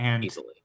Easily